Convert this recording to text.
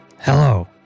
Hello